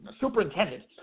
superintendent